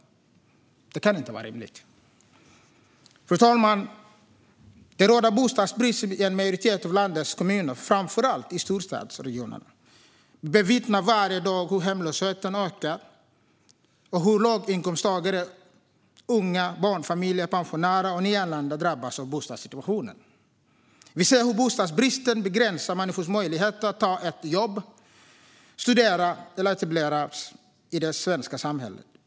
Det kan inte vara rimligt. Fru talman! Det råder bostadsbrist i en majoritet av landets kommuner, framför allt i storstadsregionerna. Vi bevittnar varje dag hur hemlösheten ökar och hur låginkomsttagare, unga, barnfamiljer, pensionärer och nyanlända drabbas av bostadssituationen. Vi ser hur bostadsbristen begränsar människors möjligheter att ta ett jobb, studera och etableras i det svenska samhället.